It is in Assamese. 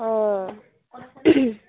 অঁ